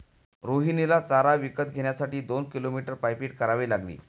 रोहिणीला चारा विकत घेण्यासाठी दोन किलोमीटर पायपीट करावी लागली